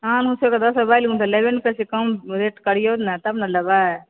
आन ऊनसं तऽ लेबय नहि करै छियै अहाँ कम रेट करियौ ने तब ने लेबै